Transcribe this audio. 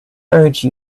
urge